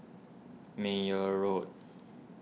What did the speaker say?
Meyer Road